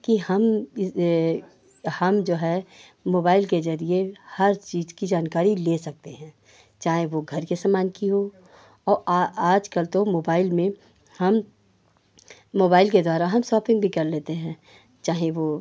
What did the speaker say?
कि हम इस हम जो है मोबाइल के ज़रिये हर चीज़ की जानकारी ले सकते हैं चाहे वह घर के सामान की हो और आजकल तो मोबाइल में हम मोबाइल के द्वारा हम शॉपिन्ग भी कर लेते हैं चाहे वह